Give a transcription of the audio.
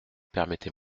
permettez